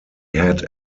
had